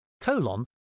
colon